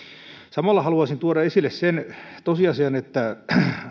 samalla haluaisin tuoda esille sen tosiasian että